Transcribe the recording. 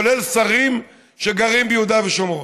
כולל שרים שגרים ביהודה ושומרון.